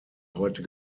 heute